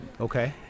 okay